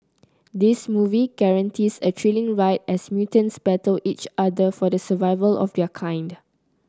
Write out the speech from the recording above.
this movie guarantees a thrilling ride as mutants battle each other for the survival of their kind